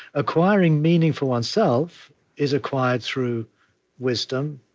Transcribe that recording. acquiring meaning for oneself is acquired through wisdom,